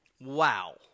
Wow